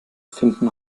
finden